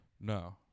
no